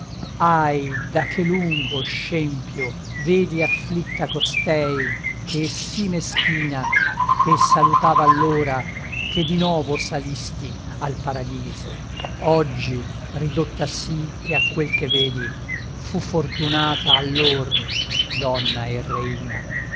ahi da che lungo scempio vedi afflitta costei che sì meschina te salutava allora che di novo salisti al paradiso oggi ridotta sì che a quel che vedi fu fortunata allor donna e reina